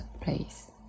place